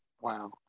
Wow